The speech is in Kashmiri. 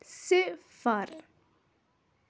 صِفَر